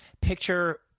picture